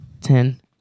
Ten